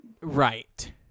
Right